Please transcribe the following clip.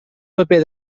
paper